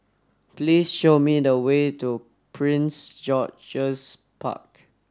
please show me the way to Prince George's Park